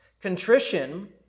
Contrition